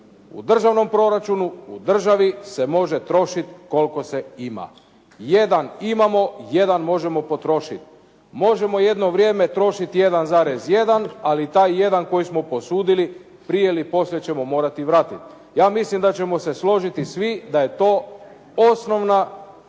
U državnom proračunu, u državi se može trošiti koliko se ima. Jedan imamo, jedan možemo potrošiti. Možemo jedno vrijeme trošiti 1,1 ali taj jedan koji smo posudili prije ili poslije ćemo morati vratiti. Ja mislim da ćemo se složiti svi da je to osnovna